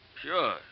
Sure